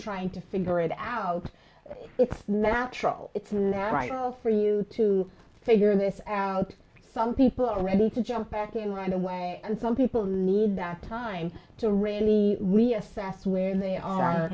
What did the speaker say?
trying to figure it out it's natural it's now right well for you to figure this out some people are ready to jump back in right away and some people need back time to really reassess where they are